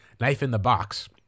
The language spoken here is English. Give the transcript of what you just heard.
knife-in-the-box